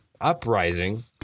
uprising